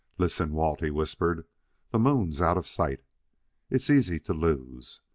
listen, walt, he whispered the moon's out of sight it's easy to lose.